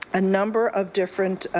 a number of different